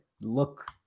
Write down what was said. look